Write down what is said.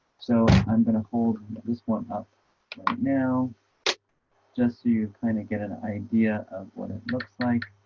so i'm gonna hold this one up now just so you kind of get an idea of what it looks like